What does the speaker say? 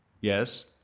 Yes